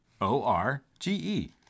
O-R-G-E